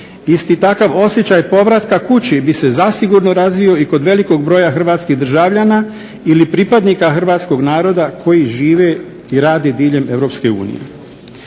Isti takav osjećaj povratka kući bi se zasigurno razvio i kod velikog broja hrvatskih državljana ili pripadnika hrvatskog naroda koji žive i rede diljem EU.